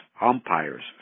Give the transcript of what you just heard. umpires